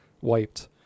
wiped